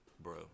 bro